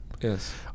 Yes